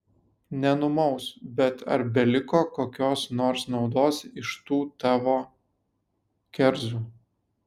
nenumaus bet ar beliko kokios nors naudos iš tų tavo kerzų